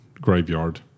graveyard